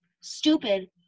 stupid